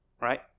right